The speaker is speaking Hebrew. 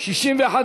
המחנה הציוני,